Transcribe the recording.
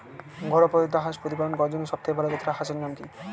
ঘরোয়া পদ্ধতিতে হাঁস প্রতিপালন করার জন্য সবথেকে ভাল জাতের হাঁসের নাম কি?